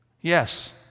yes